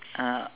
uh